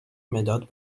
مداد